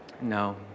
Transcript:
No